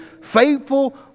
faithful